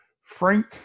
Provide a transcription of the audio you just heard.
Frank